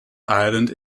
island